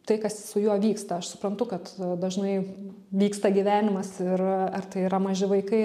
tai kas su juo vyksta aš suprantu kad dažnai vyksta gyvenimas ir ar tai yra maži vaikai